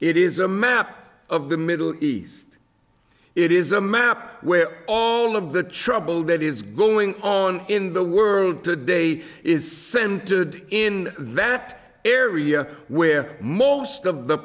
it is a map of the middle east it is a map where all of the trouble that is going on in the world today is centered in that area where most of the